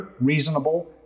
reasonable